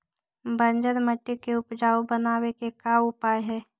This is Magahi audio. बंजर मट्टी के उपजाऊ बनाबे के का उपाय है?